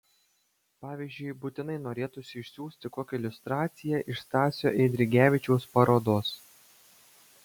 pavyzdžiui būtinai norėtųsi išsiųsti kokią iliustraciją iš stasio eidrigevičiaus parodos